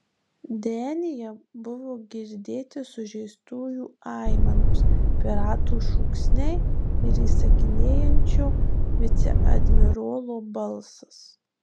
denyje buvo girdėti sužeistųjų aimanos piratų šūksniai ir įsakinėjančio viceadmirolo balsas